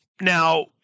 now